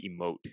emote